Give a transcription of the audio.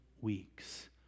weeks